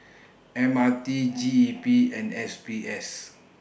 M R T G E P and S B S